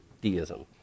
deism